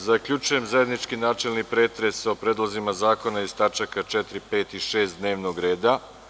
Zaključujem zajednički načelni pretres o predlozima zakona iz tačaka 4, 5. i 6. dnevnog reda.